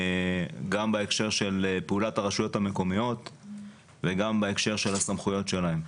גם בהקשר של פעולת הרשויות המקומיות וגם בהקשר של הסמכויות שלהם.